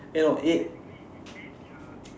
eh no eh